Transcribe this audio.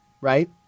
right